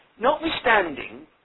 Notwithstanding